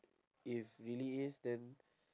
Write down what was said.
if really is then